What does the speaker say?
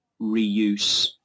reuse